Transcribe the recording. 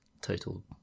total